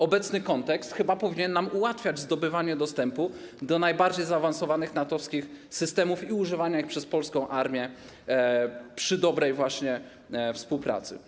Obecny kontekst chyba powinien nam ułatwiać zdobywanie dostępu do najbardziej zaawansowanych NATO-wskich systemów i używania ich przez polską armię przy dobrej współpracy.